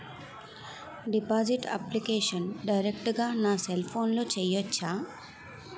Deposit application direct గా నా cell ఫోన్లో చెయ్యచా?